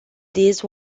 these